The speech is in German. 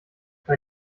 bei